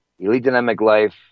EliteDynamicLife